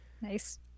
Nice